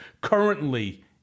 currently